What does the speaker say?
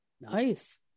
nice